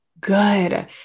good